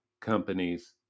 companies